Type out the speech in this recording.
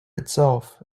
itself